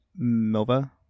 Milva